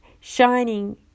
shining